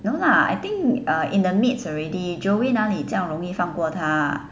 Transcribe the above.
no lah I think uh in the midst already joey 哪里酱容易放过他